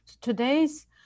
Today's